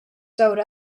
sewed